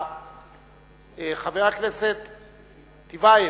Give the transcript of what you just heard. חבר הכנסת טיבייב,